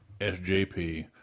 SJP